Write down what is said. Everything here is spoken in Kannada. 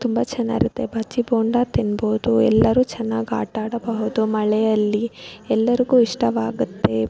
ತುಂಬ ಚೆನ್ನಾಗಿರತ್ತೆ ಬಜ್ಜಿ ಬೋಂಡ ತಿನ್ಬೋದು ಎಲ್ಲರೂ ಚೆನ್ನಾಗ್ ಆಟ ಆಡಬಹುದು ಮಳೆಯಲ್ಲಿ ಎಲ್ಲರಿಗೂ ಇಷ್ಟವಾಗುತ್ತೆ